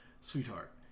sweetheart